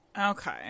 Okay